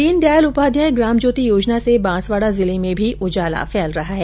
दीनदयाल उपाध्याय ग्राम ज्योति योजना से बांसवाडा जिले में भी उजाला फैल रहा है